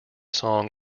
song